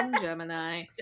Gemini